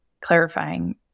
clarifying